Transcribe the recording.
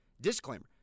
Disclaimer